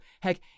Heck